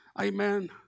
amen